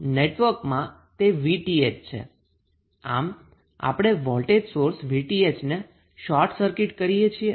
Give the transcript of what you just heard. આમ આપણે વોલ્ટેજ સોર્સને Vth ને શોર્ટ સર્કિટ કરીએ છીએ